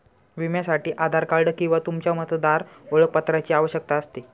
विम्यासाठी आधार कार्ड किंवा तुमच्या मतदार ओळखपत्राची आवश्यकता असते